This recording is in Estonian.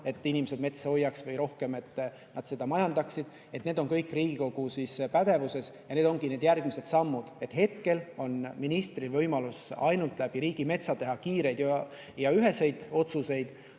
et inimesed metsa hoiaks, või et nad seda rohkem majandaksid. Need asjad on kõik Riigikogu pädevuses ja need ongi need järgmised sammud. Hetkel on ministril võimalus ainult läbi riigimetsa teha kiireid ja üheseid otsuseid,